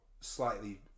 slightly